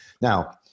now